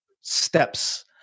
steps